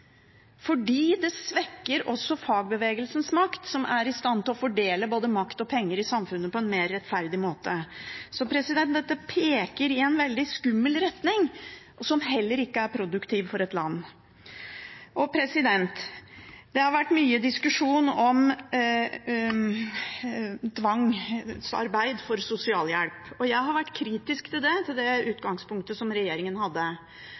fordi det svekker også fagbevegelsens makt, som er i stand til å fordele både makt og penger i samfunnet på en mer rettferdig måte. Så dette peker i en veldig skummel retning, som heller ikke er produktiv for et land. Det har vært mye diskusjon om tvangsarbeid for sosialhjelp. Jeg har vært kritisk til det, til det utgangspunktet som regjeringen hadde.